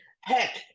heck